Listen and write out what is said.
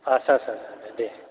आदसा आदसा आदसा दे